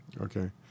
Okay